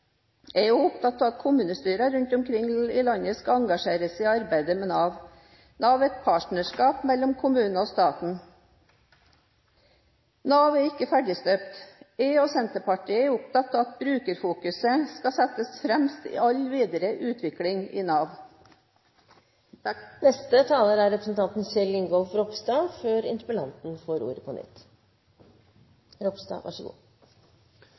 er enklest mulig. Jeg er opptatt av at kommunestyrene rundt om i landet skal engasjere seg i arbeidet med Nav. Nav er et partnerskap mellom kommunene og staten. Nav er ikke ferdigstøpt. Jeg, og Senterpartiet, er opptatt av at brukerfokuset skal settes fremst i all videre utvikling i Nav.